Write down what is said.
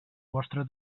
vostre